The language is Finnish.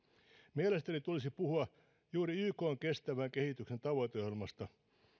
mielestäni tulisi puhua juuri ykn kestävän kehityksen tavoiteohjelmasta